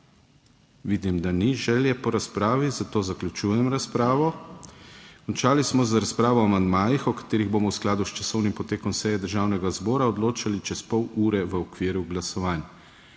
Vidim, da ni želje po razpravi, zato zaključujem razpravo. Končali smo z razpravo o amandmajih, o katerih bomo v skladu s časovnim potekom seje Državnega zbora odločali čez pol ure v okviru glasovanj.